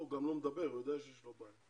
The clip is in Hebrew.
את משרד החינוך הזמנת